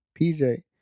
PJ